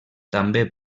també